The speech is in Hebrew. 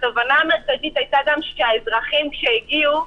והמרכזית היתה שהאזרחים שהגיעו,